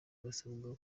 basabwa